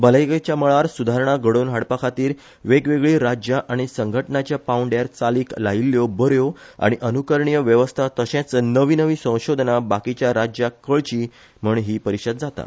भलायकेच्या मळार सुधारणा घडोवन हाडपा खातीर वेगवेगळी राज्या आनी संघटनाच्या पांवडयार चालीक लायिछ्ठयो बऱ्यो आनी अनुकरणीय वेवस्था तशेच नवी नवी संशोधना बाकीच्या राज्याक कळची म्हण ही परिषद जाता